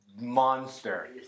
monster